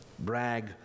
brag